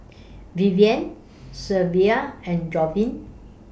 Vivienne Shelvia and Javonte